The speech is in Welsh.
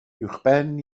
uwchben